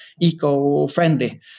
eco-friendly